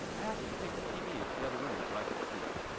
i asked him to take the tv in the other room so i could sleep.